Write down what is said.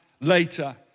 later